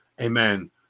Amen